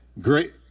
great